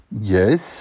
Yes